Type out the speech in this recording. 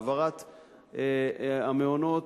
העברת המעונות,